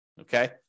Okay